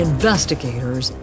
investigators